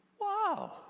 Wow